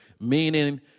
meaning